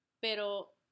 pero